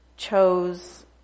chose